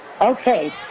Okay